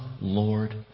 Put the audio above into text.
Lord